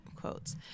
quotes